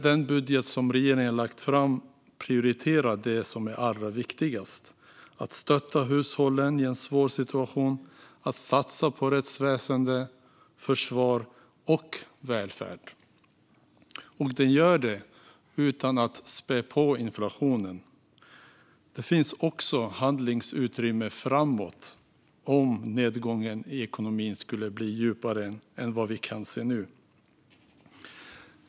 Den budget som regeringen har lagt fram prioriterar därför det allra viktigaste: att stötta hushållen i en svår situation och att satsa på rättsväsen, försvar och välfärd. Och det gör den utan att spä på inflationen. Det finns också handlingsutrymme framåt om nedgången i ekonomin blir djupare än vad vi kan se nu.